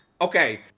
okay